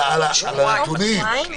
על הנתונים.